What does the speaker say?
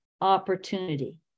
opportunity